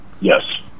Yes